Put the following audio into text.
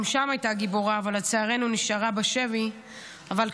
גם שם היא הייתה גיבורה, אבל לצערנו, נשארה בשבי.